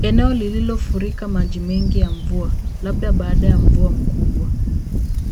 Eneo lililofurika maji mengi ya mvua, labda baada ya mvua kubwa.